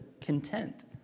content